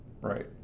right